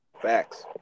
Facts